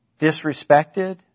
Disrespected